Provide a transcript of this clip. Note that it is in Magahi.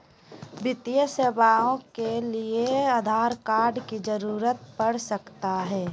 वित्तीय सेवाओं के लिए आधार कार्ड की जरूरत पड़ सकता है?